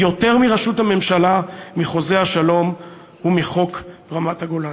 מראשות הממשלה, מחוזה השלום ומחוק רמת-הגולן".